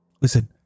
Listen